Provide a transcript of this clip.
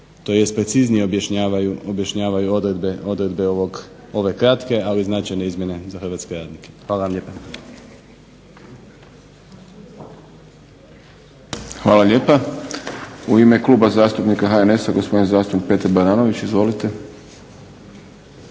bolje tj. preciznije objašnjavaju odredbe ove kratke ali značajne izmjene za hrvatske radnike. Hvala vam lijepa. **Šprem, Boris (SDP)** Hvala lijepa. U ime Kluba zastupnika HNS-a gospodin zastupnik Petar Baranović. Izvolite.